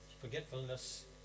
forgetfulness